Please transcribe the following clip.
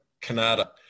Canada